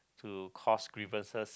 to cause grievances